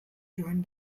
joined